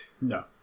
No